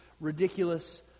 ridiculous